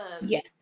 Yes